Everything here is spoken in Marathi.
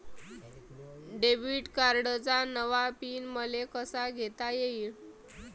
डेबिट कार्डचा नवा पिन मले कसा घेता येईन?